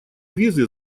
визы